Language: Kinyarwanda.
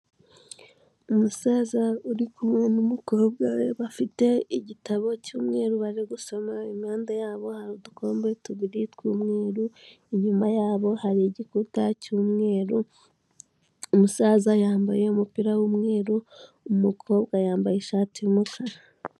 Umusaza uri kumwe n'umukobwa we bafite igitabo cy'umweru bari gusoma, impande yabo hari udukombe tubiri tw'umweru, inyuma yabo hari igikuta cy'umweru, umusaza yambaye umupira w'umweru, umukobwa yambaye ishati y'umukara.